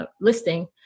listing